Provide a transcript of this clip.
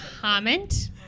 comment